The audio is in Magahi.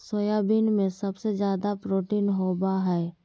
सोयाबीन में सबसे ज़्यादा प्रोटीन होबा हइ